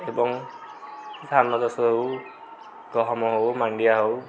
ଏବଂ ସେ ଧାନ ଚାଷ ହଉ ଗହମ ହଉ ମାଣ୍ଡିଆ ହଉ